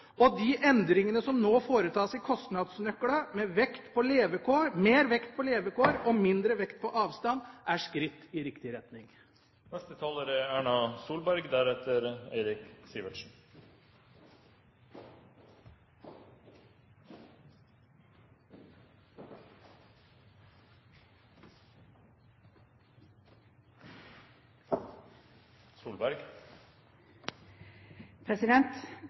og de endringene som nå foretas i kostnadsnøklene med mer vekt på levekår og mindre vekt på avstand, er skritt i riktig